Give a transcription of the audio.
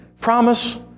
promise